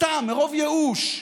סתם מרוב ייאוש,